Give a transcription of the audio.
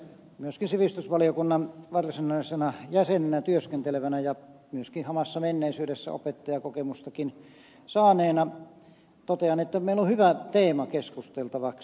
myöskin sivistysvaliokunnan varsinaisena jäsenenä työskentelevänä ja myöskin hamassa menneisyydessä opettajakokemustakin saaneena totean että meillä on hyvä teema keskusteltavaksi